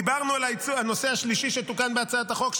דיברנו על הנושא השלישי שתוקן בהצעת החוק,